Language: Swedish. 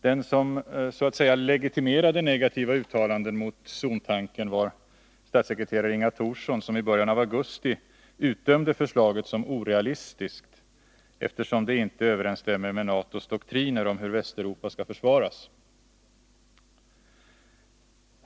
Den som så att säga legitimerade negativa uttalanden om zontanken var statssekreterare Inga Thorsson, som i början av augusti utdömde förslaget som orealistiskt, eftersom det inte överensstämmer med NATO:s doktriner om hur Västeuropa skall försvaras.